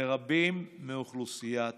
ורבים מאוכלוסיית